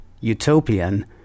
utopian